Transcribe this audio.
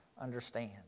understand